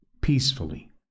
peacefully